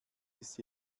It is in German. ist